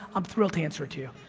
i'm thrilled to answer to you,